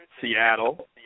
Seattle